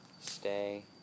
stay